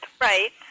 Right